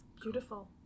Beautiful